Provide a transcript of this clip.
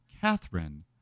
Catherine